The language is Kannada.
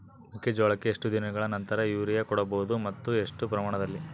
ಮೆಕ್ಕೆಜೋಳಕ್ಕೆ ಎಷ್ಟು ದಿನಗಳ ನಂತರ ಯೂರಿಯಾ ಕೊಡಬಹುದು ಮತ್ತು ಎಷ್ಟು ಪ್ರಮಾಣದಲ್ಲಿ?